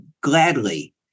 gladly